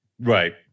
Right